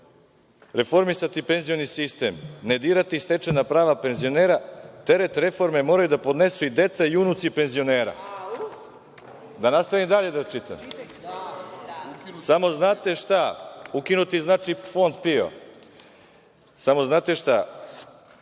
„Reformisati penzioni sistem, ne dirati stečena prava penzionera. Teret reforme moraju da podnesu i deca i unuci penzionera.“Da nastavim dalje da čitam? Ukinuti znači Fond PIO.Samo znate šta,